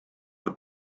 the